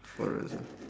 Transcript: for the rest ya